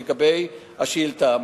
לגבי השאילתא,